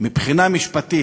מבחינה משפטית,